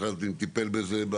משרד הפנים טיפל בזה?